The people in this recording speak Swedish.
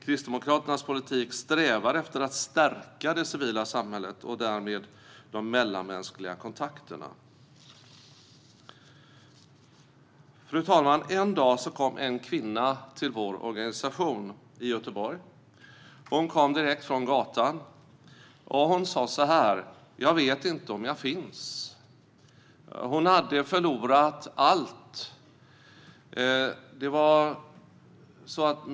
Kristdemokraternas politik strävar efter att stärka det civila samhället och därmed de mellanmänskliga kontakterna. En dag kom det en kvinna till vår organisation i Göteborg. Hon kom direkt från gatan. Hon sa: Jag vet inte om jag finns. Hon hade förlorat allt.